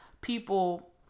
people